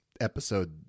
episode